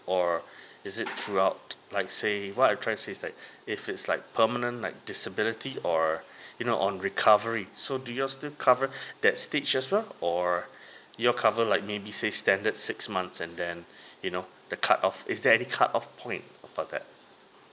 or is it throughout like say what I'm trying to say is like if it's like permanent like disability or you know on recovery so do you all still cover that stage as well or you all cover like maybe say standard six months and then you know the cut off is there any cut off point for that